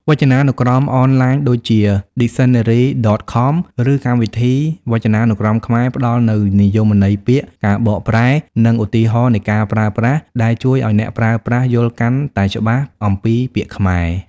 វចនានុក្រមអនឡាញដូចជា ឌីកសិនណារី ដត ខម ឬកម្មវិធីវចនានុក្រមខ្មែរ ផ្តល់នូវនិយមន័យពាក្យ ការបកប្រែ និងឧទាហរណ៍នៃការប្រើប្រាស់ ដែលជួយឱ្យអ្នកប្រើប្រាស់យល់កាន់តែច្បាស់អំពីពាក្យខ្មែរ។